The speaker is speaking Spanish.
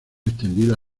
extendida